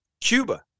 Cuba